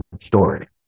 story